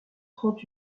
prend